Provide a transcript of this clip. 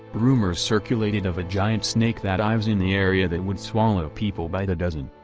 rumors circulated of a giant snake that ives in the area that would swallow people by the dozen.